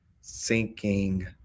sinking